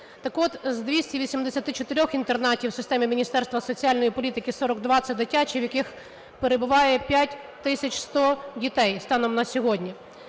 Так от, з 284 інтернатів в системі Міністерства соціальної політики 42 – це дитячі, в яких перебуває 5 тисяч 100 дітей станом на сьогодні.